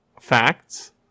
facts